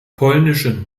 polnischen